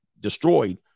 destroyed